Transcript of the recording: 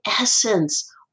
essence